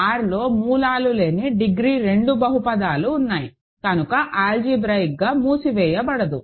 R లో మూలాలు లేని డిగ్రీ 2 బహుపదాలు ఉన్నాయి కనుక ఆల్జీబ్రాయిక్ మూసివేయబడదు